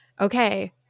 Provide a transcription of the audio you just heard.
okay